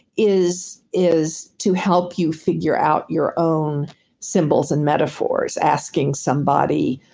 is is to help you figure out your own symbols and metaphors, asking somebody,